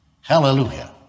Hallelujah